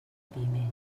pime